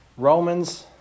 Romans